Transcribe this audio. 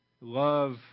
love